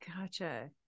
Gotcha